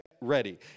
ready